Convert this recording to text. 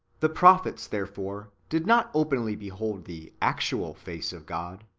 the prophets, therefore, did not openly behold the actual face of god,